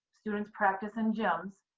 students practice in gyms.